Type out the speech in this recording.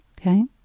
Okay